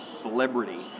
celebrity